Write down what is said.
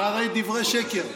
רבותיי, זה הרי דברי שקר.